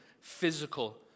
physical